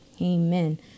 Amen